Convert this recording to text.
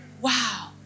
wow